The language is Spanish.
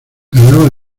ganaba